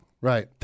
Right